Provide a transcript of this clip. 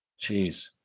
Jeez